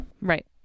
Right